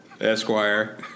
Esquire